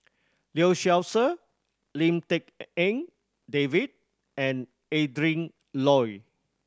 Lee Seow Ser Lim Tik En David and Adrin Loi